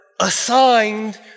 assigned